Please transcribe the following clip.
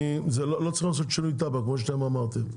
לא צריך לעשות שינוי תב"ע כמו שאתם אמרתם.